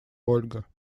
ольга